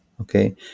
okay